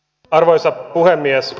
arvoisa puhemies